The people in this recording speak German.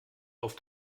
auf